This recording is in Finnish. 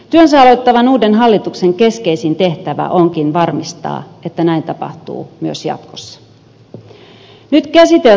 työnsä aloittavan uuden hallituksen keskeisin tehtävä onkin varmistaa että näin tapahtuu myös jatkossa